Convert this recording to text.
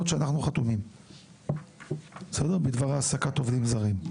שאנחנו חתומים עליהן בדבר העסקת עובדים זרים.